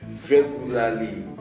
regularly